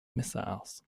missiles